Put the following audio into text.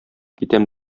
китәм